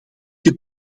het